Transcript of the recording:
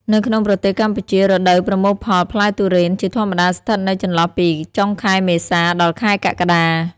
នៅក្នុងប្រទេសកម្ពុជា រដូវប្រមូលផលផ្លែទុរេនជាធម្មតាស្ថិតនៅចន្លោះពី ចុងខែមេសា ដល់ខែកក្កដា។